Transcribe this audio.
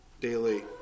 daily